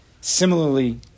similarly